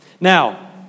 Now